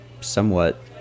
somewhat